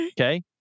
Okay